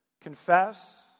Confess